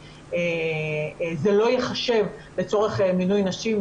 זה לא ייחשב לצורך מינוי נשים.